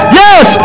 yes